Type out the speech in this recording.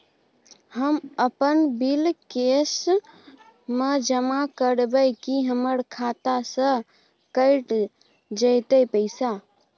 हम अपन bill cash म जमा करबै की हमर खाता स कैट जेतै पैसा?